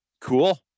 Cool